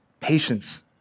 patience